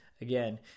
Again